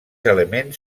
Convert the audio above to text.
elements